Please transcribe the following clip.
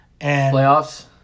Playoffs